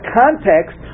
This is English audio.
context